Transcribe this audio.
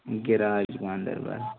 گِراج Ganderbal